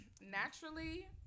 naturally